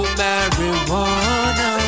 marijuana